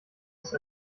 ist